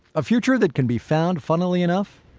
a future that can be found, funnily enough,